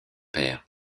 père